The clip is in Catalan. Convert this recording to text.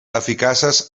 eficaces